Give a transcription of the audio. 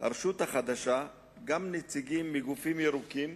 הרשות החדשה גם נציגים מגופים ירוקים